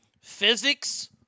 Physics